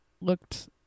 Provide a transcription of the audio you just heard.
looked